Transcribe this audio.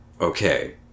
Okay